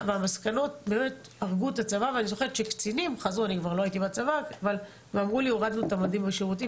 המסקנות הרגו את הצבא וקצינים אמרו לי: הורדנו את המדים בשירותים,